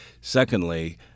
Secondly